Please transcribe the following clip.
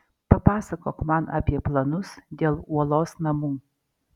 papasakok man apie planus dėl uolos namų